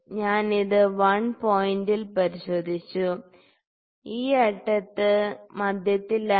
ഞാൻ ഇത് 1 പോയിന്റിൽ പരിശോധിച്ചു ഈ അറ്റത്ത് മധ്യത്തിലായി